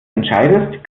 entscheidest